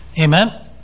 Amen